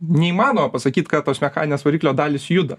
neįmanoma pasakyt tos mechaninės variklio dalys juda